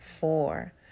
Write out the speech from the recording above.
four